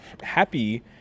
happy